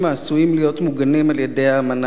להיות מוגנים על-ידי אמנה נגד עינויים.